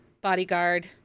bodyguard